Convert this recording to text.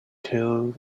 till